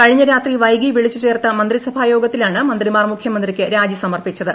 കഴിഞ്ഞ രാത്രി വൈകി വിളിച്ചു ചേർത്ത മന്ത്രിസഭാ യോഗത്തിലാണ് മന്ത്രിമാർ മുഖ്യമന്ത്രിക്ക് രാജി സമർപ്പിച്ചത്